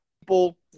people